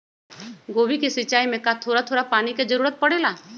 गोभी के सिचाई में का थोड़ा थोड़ा पानी के जरूरत परे ला?